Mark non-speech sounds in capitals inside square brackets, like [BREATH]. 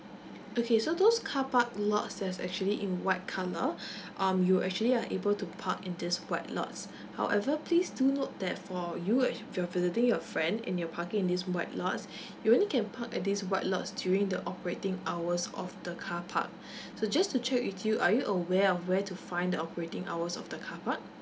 okay so those car park lots that's actually in white colour [BREATH] um you actually are able to park in these white lots however please do note that for you if you're visiting your friend and you're parking in these white lots [BREATH] you only can park at these white lots during the operating hours of the car park [BREATH] so just to check with you are you aware of where to find the operating hours of the car park